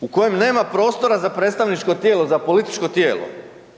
u kojem nema prostora za predstavničko tijelo, za političko tijelo.